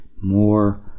more